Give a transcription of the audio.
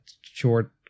short